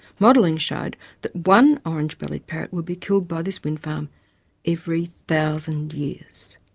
modelling showed that one orange-bellied parrot would be killed by this wind farm every thousand years.